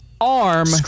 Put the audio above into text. arm